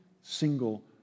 single